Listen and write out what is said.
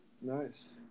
Nice